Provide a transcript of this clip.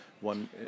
one